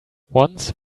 once